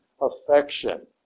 affection